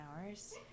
hours